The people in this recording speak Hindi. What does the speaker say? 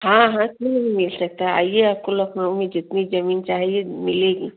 हाँ हाँ क्यों नहीं मिल सकता आइए आपको लखनऊ में जितनी जमीन चाहिए मिलेगी